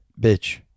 bitch